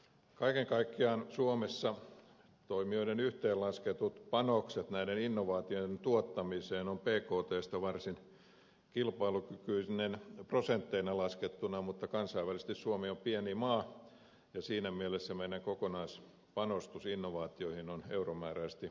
kaiken kaikkiaan suomessa toimijoiden yhteenlaskettu panos näiden innovaatioiden tuottamiseen on bktstä varsin kilpailukykyinen osuus prosentteina laskettuna mutta kansainvälisesti suomi on pieni maa ja siinä mielessä meidän kokonaispanostuksemme innovaatioihin on euromääräisesti aika alhainen